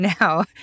now